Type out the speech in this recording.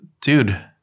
dude